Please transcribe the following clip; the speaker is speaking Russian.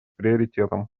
приоритетом